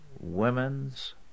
women's